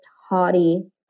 haughty